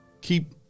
keep